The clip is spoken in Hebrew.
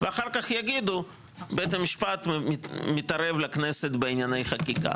ואחר כך יגידו בית המשפט מתערב לכנסת בענייני חקיקה.